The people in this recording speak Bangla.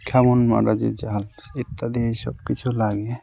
খ্যামন মারা যে জাল ইত্যাদি এই সব কিছু লাগে